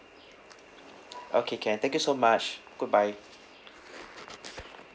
okay can thank you so much goodbye